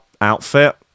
outfit